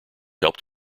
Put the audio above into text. helped